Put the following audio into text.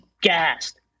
gassed